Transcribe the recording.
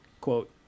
quote